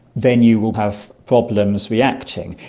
then you will have problems reacting.